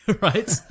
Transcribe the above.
Right